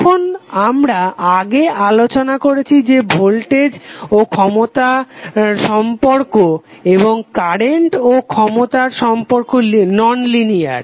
এখন আমরা আগে আলোচনা করাছি যে ভোল্টেজ ও ক্ষমতার সম্পর্ক এবং কারেন্ট ও ক্ষমতার সম্পর্ক ননলিনিয়ার